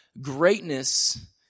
Greatness